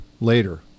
later